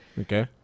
Okay